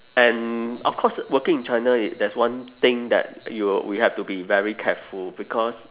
and of course working in china there's one thing that you we have to be very careful because